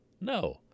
No